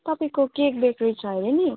तपाईँको cake bakery छ हरे नि